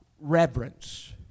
reverence